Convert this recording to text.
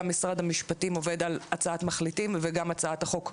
משרד המשפטים עובד על הצעת מחליטים וגם הצעת החוק הוגשה,